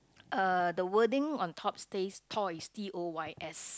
uh the wording on top stays toys T O Y S